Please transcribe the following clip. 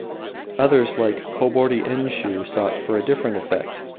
others, like kobori-enshiu, sought for a different effect.